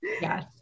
Yes